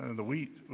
the wheat,